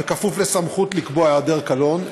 וכפוף לסמכות לקבוע היעדר קלון,